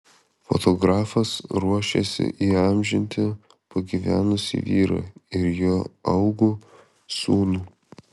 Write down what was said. fotografas ruošiasi įamžinti pagyvenusį vyrą ir jo augų sūnų